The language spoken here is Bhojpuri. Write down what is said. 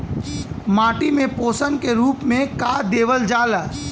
माटी में पोषण के रूप में का देवल जाला?